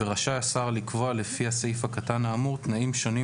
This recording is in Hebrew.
ורשאי השר לקבוע לפי הסעיף הקטן האמור תנאים שונים